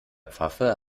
pfaffe